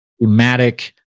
dramatic